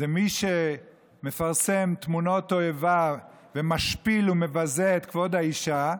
זה מי שמפרסם תמונות תועבה ומשפיל ומבזה את כבוד האישה,